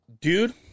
dude